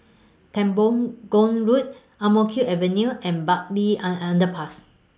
Temenggong Road Ang Mo Kio Avenue and Bartley An Underpass